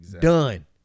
Done